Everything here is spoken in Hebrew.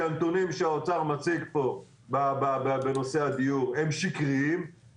שהנתונים שהאוצר מציג פה בנושא הדיור הם שקריים,